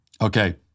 okay